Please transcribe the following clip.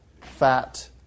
fat